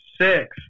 six